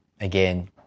again